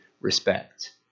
respect